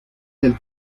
del